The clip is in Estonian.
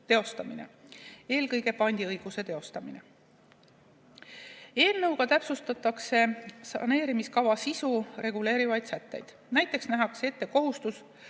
teostamine, eelkõige pandiõiguse teostamine. Eelnõuga täpsustatakse saneerimiskava sisu reguleerivaid sätteid. Näiteks nähakse ette kohustus